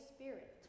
Spirit